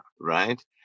right